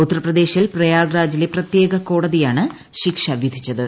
ഉത്തർപ്രദേശിൽ പ്രയാഗ്രാജിലെ പ്രത്യേക കോടതിയാണ് ശിക്ഷ വിധിച്ചത്